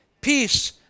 peace